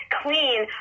clean